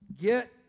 Get